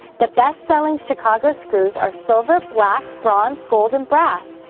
the bestselling chicago screws are silver, black, bronze, gold and brass.